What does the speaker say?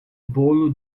bolo